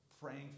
praying